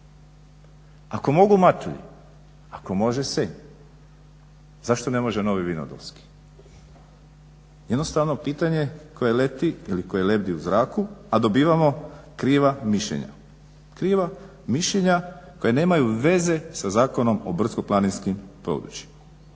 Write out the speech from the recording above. Ako mogu Matulji, ako može Senj zašto ne može Novi vinodolski? Jednostavno pitanje koje leti ili koje lebdi u zraku, a dobivamo kriva mišljenja, kriva mišljenja koja nemaju veze sa Zakonom o brdsko-planinskim područjima.